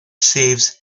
saves